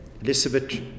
Elizabeth